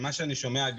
ממה שאני שומע,